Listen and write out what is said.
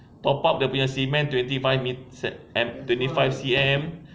top up dia punya cement twenty five me~ add twenty five C_M